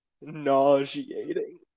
nauseating